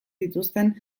dituzten